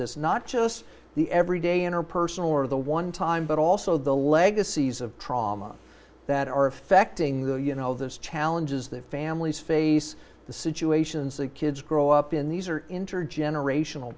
this not just the every day inner person or the one time but also the legacies of trauma that are affecting the you know those challenges their families face the situations that kids grow up in these are intergenerational